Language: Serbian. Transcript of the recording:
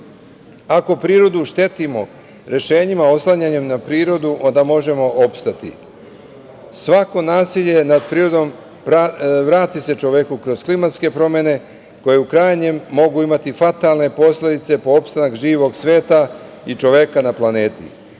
Ako prirodu štetimo rešenjima oslanjanjem na prirodu, onda možemo opstati. Svako nasilje nad prirodom vrati se čoveku kroz klimatske promene koje u krajnjem mogu imati fatalne posledice po opstanak živog sveta i čoveka na planeti.